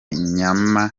nyama